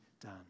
done